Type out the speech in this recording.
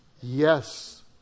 Yes